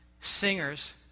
singers